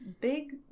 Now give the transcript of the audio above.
big